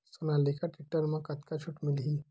Sonalika tractor म कतका छूट मिलही?